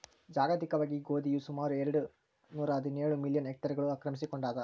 ಜಾಗತಿಕವಾಗಿ ಗೋಧಿಯು ಸುಮಾರು ಎರೆಡು ನೂರಾಹದಿನೇಳು ಮಿಲಿಯನ್ ಹೆಕ್ಟೇರ್ಗಳನ್ನು ಆಕ್ರಮಿಸಿಕೊಂಡಾದ